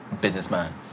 businessman